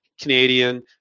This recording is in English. Canadian